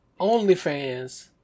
OnlyFans